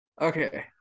Okay